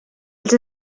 els